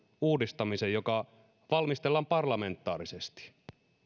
uudistamisen joka valmistellaan parlamentaarisesti